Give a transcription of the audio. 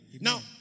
Now